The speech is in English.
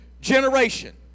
generation